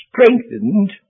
strengthened